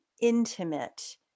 intimate